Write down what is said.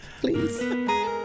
Please